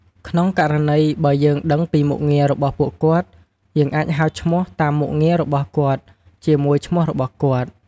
ក្នុងករណីបើយើងដឹងពីមុខងាររបស់ពួកគាត់ យើងអាចហៅឈ្មោះតាមមុខងាររបស់គាត់ជាមួយឈ្មោះរបស់គាត់។